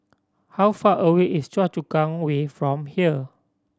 how far away is Choa Chu Kang Way from here